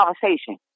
conversation